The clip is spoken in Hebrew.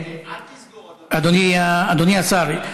אדוני השר,